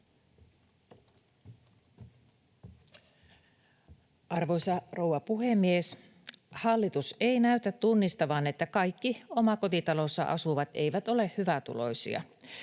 Arvoisa rouva puhemies! Hallitus ei näytä tunnistavan, että kaikki omakotitalossa asuvat eivät ole hyvätuloisia.